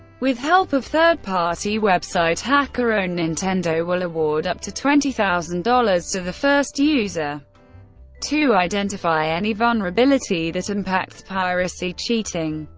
with help of third-party website hackerone, nintendo will award up to twenty thousand dollars to the first user to identify any vulnerability that impacts piracy, cheating,